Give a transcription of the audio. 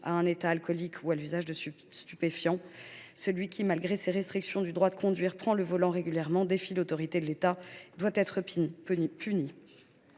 à un état alcoolique ou à l’usage de stupéfiants. Celui qui, malgré les restrictions apportées à son droit de conduire, prend le volant régulièrement et défie ainsi l’autorité de l’État doit être puni.